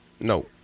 No